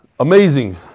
Amazing